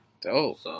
Dope